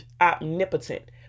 omnipotent